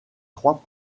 trois